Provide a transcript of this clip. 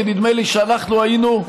כי נדמה לי שאנחנו היינו,